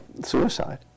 suicide